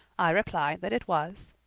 i replied that it was.